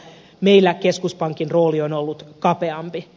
meillä keskuspankin rooli on ollut kapeampi